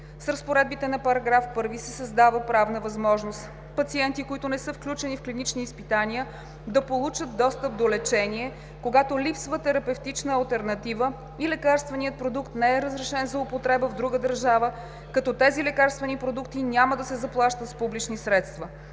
С разпоредбата на § 1 се създава правна възможност пациенти, които не са включени в клинични изпитания, да получат достъп до лечение, когато липсва терапевтична алтернатива и лекарственият продукт не е разрешен за употреба в друга държава, като тези лекарствени продукти няма да се заплащат с публични средства.